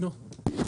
לא.